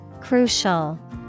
Crucial